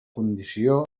condició